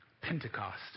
Pentecost